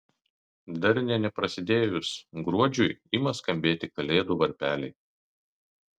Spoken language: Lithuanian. dar nė neprasidėjus gruodžiui ima skambėti kalėdų varpeliai